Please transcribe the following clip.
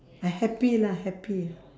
I happy lah happy